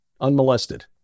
unmolested